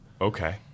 Okay